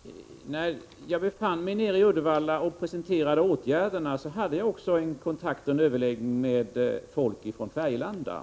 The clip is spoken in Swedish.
Fru talman! Jag vill tillägga följande. När jag befann mig i Uddevalla och presenterade åtgärderna i fråga hade jag också kontakt och överläggning med folk från Färgelanda.